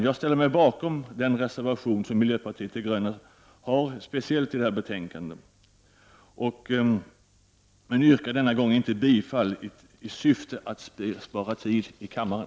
Jag ställer mig bakom den reservation som miljöpartiet de gröna har i detta betänkande men yrkar denna gång inte bifall, i syfte att spara tid i kammaren.